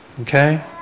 Okay